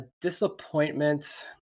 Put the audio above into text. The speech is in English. Disappointment